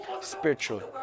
spiritually